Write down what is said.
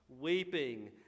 weeping